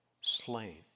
slain